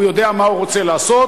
הוא יודע מה הוא רוצה לעשות,